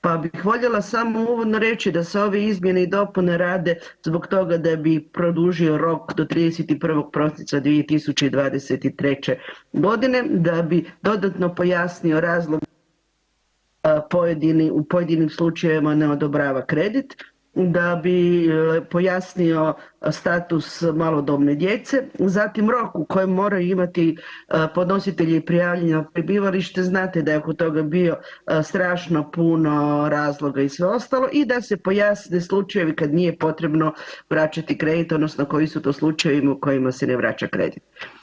Pa bih voljela samo uvodno reći da se ove izmjene i dopune rade zbog toga da bi produžio rok do 31. prosinca 2023.g., da bi dodatno pojasnio razlog pojedini, u pojedinim slučajevima ne odobrava kredit, da bi pojasnio status malodobne djece, zatim rok u kojem moraju imati podnositelji prijavljena prebivališta, znate da je oko toga bio strašno puno razloga i sve ostalo i da se pojasne slučajevi kad nije potrebno vraćati kredit odnosno koji su to slučajevi u kojima se ne vraća kredit.